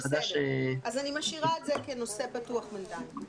בסדר, אני משאירה את זה כנושא פתוח בינתיים.